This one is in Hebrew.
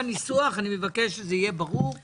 אני מבקש שזה יהיה ברור גם בניסוח.